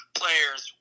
players